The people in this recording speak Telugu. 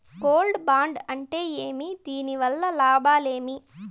గోల్డ్ బాండు అంటే ఏమి? దీని వల్ల లాభాలు ఏమి?